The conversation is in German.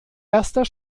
erster